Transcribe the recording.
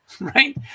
right